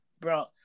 Bro